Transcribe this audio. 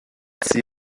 see